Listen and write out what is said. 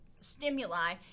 stimuli